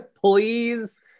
Please